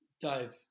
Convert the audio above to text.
Dave